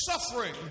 suffering